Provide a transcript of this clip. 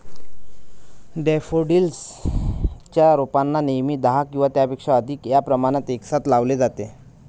daffodils च्या रोपांना नेहमी दहा किंवा त्यापेक्षा अधिक या प्रमाणात एकसाथ लावले जाते